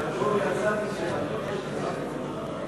חוק הסיוע המשפטי